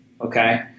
Okay